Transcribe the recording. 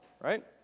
right